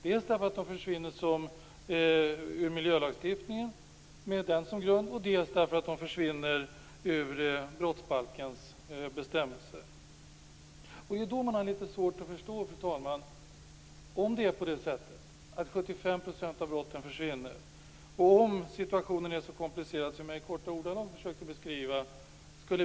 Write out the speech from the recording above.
Dels försvinner de ur miljölagstiftningen med den som grund, dels försvinner de ur brottsbalkens bestämmelser. Det är litet svårt att förstå detta, fru talman.